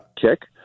kick